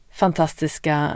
fantastiska